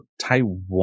Taiwan